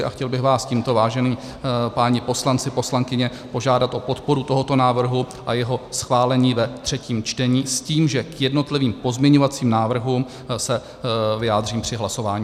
A tímto bych vás chtěl, vážení páni poslanci a poslankyně, požádat o podporu tohoto návrhu a jeho schválení ve třetím čtení s tím, že k jednotlivým pozměňovacím návrhům se vyjádřím při hlasování.